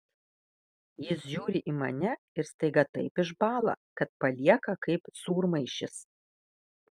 jis žiūri į mane ir staiga taip išbąla kad palieka kaip sūrmaišis